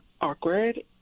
awkward